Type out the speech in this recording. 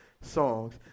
songs